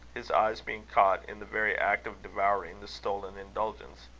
his eyes being caught in the very act of devouring the stolen indulgence.